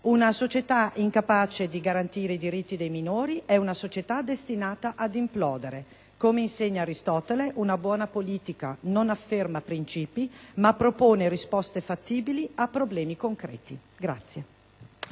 una società incapace di garantire i diritti dei minori è una società destinata ad implodere. Come insegna Aristotele, una buona politica non afferma princìpi, ma propone risposte fattibili a problemi concreti.